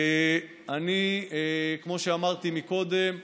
כמו שאמרתי קודם,